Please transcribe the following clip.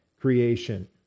creation